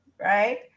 right